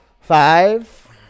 Five